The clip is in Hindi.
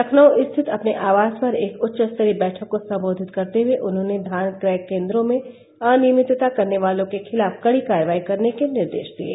लखनऊ स्थित अपने आवास पर एक उच्चस्तरीय बैठक को सम्बोधित करते हुये उन्होंने धान क्रय केन्द्रों में अनियमितता करने वालों के खिलाफ कड़ी कार्यवाही करने के निर्देश दिये